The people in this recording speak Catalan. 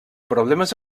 problemes